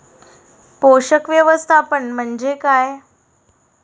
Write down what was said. पोषक व्यवस्थापन म्हणजे काय?